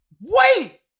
Wait